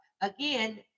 again